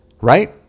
right